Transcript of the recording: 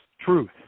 truth